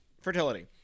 fertility